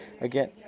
Again